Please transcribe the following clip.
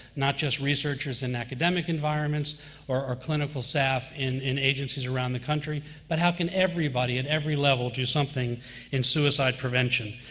not just researchers in academic environments or our clinical staff in in agencies around the country, but how can everybody at every level do something in suicide prevention?